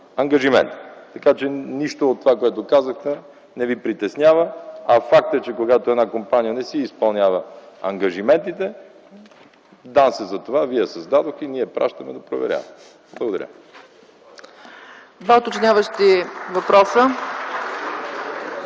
ангажимент. Така че нищо от това, което казахте, не Ви притеснява. А факт е, че когато една компания не си изпълнява ангажиментите, ДАНС е за това. Вие я създадохте, ние я пращаме да проверява. Благодаря.